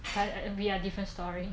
but we are different story